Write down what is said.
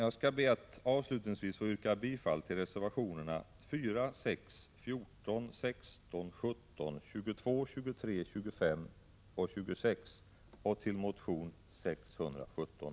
Jag skall avslutningsvis be att få yrka bifall till reservationerna 4, 6, 14, 16, 17, 22, 23, 25 och 26 samt motion 617.